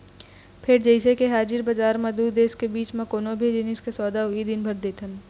फेर जइसे के हाजिर बजार म दू देश के बीच म कोनो भी जिनिस के सौदा उहीं दिन कर देथन